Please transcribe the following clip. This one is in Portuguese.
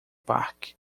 parque